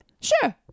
sure